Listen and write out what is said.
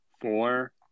Four